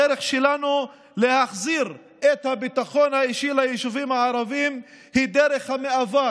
הדרך שלנו להחזיר את הביטחון האישי ליישובים הערביים היא דרך המאבק,